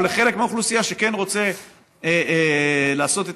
או לחלק מהאוכלוסייה שכן רוצה לעשות את